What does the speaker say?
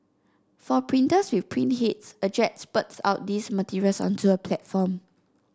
for printers with print heads a jet spurts out these materials onto a platform